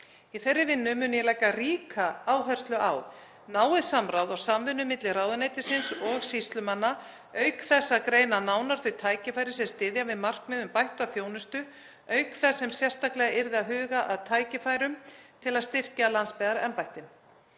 Í þeirri vinnu mun ég leggja ríka áherslu á náið samráð og samvinnu milli ráðuneytisins og sýslumanna auk þess að greina nánar þau tækifæri sem styðja við markmið um bætta þjónustu, auk þess sem sérstaklega yrði að huga að tækifærum til að styrkja landsbyggðarembættin.